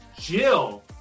Jill